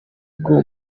bwo